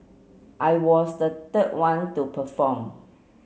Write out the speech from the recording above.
I was the third one to perform